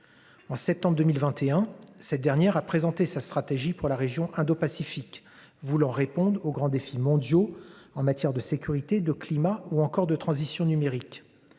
En septembre 2021. Cette dernière a présenté sa stratégie pour la région indopacifique voulons répondre aux grands défis mondiaux en matière de sécurité, de climat ou encore de transition numérique.